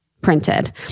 printed